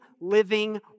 living